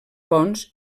ponts